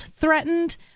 threatened